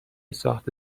ساخت